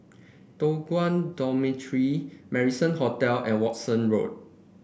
Toh Guan Dormitory Marrison Hotel and Walton Road